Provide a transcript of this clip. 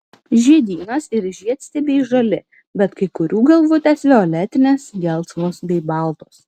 žiedynas ir žiedstiebiai žali bet kai kurių galvutės violetinės gelsvos bei baltos